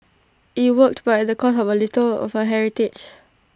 IT worked but at the cost of A little of her heritage